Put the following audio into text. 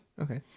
Okay